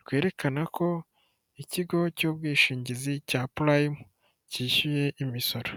rwerekana ko ikigo cy'ubwishingizi cya purayimu cyishyuye imisoro.